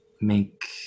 make